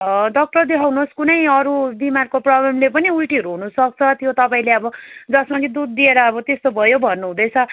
doctor देखाउनुहोस् कुनै अरू बिमारको प्रोब्लमले पनि उल्टीहरू हुनुसक्छ त्यो तपाईँले अब जसमा कि दुध दिएर अब त्यस्तो भयो भन्नुहुँदैछ